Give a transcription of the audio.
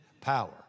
power